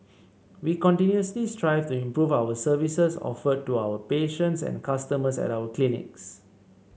we continuously strive to improve our services offered to our patients and customers at our clinics